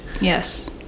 Yes